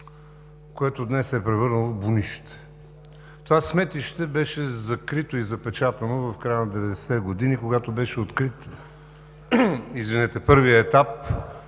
което днес се е превърнало в бунище. Това сметище беше закрито и запечатано в края на 90-те години, когато беше открит първият етап